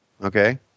Okay